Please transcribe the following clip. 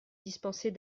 dispenser